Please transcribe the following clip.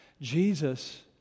Jesus